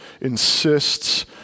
insists